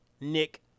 Nick